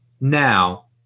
now